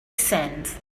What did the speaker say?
sense